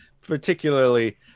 Particularly